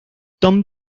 tom